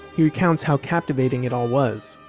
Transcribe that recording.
he recounts how captivating it all was.